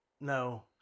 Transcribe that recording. No